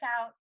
out